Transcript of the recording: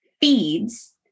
feeds